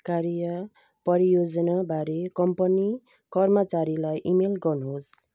कार्य परियोजनाबारे कम्पनी कर्मचारीलाई इमेल गर्नुहोस्